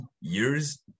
years